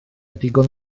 digon